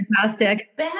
fantastic